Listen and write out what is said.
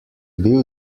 bil